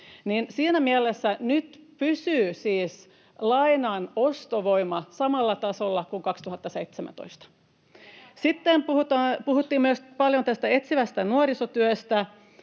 Siinä mielessä nyt pysyy siis lainan ostovoima samalla tasolla kuin 2017. Sitten puhuttiin myös paljon tästä etsivästä nuorisotyöstä.